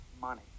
money